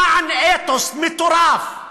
למען אתוס מטורף,